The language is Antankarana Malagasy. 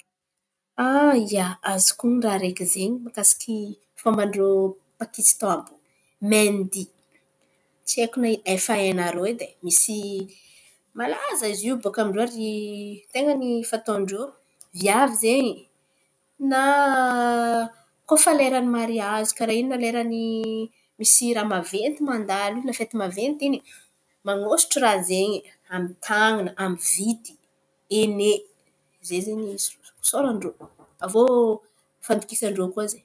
Azoko honon̈o raha araiky zen̈y mahakasiky fômban-drô Pakistan àby io. Maindia, tsy haiko na efa hainarô edy ai. Misy malaza izy io. Ten̈a ny fataon-drô, viavy zen̈y na koa fa leran’ny mariazy karà in̈y na leran’ny misy raha maventy mandalo iny, la fety maventy in̈y, man̈osotro raha zen̈y amy tanana, amy vity. Ene ze, zen̈y isôran-drô. Avô fandokisan-drô koa ze.